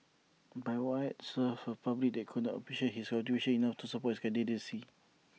but why serve A public that could not appreciate his contributions enough to support his candidacy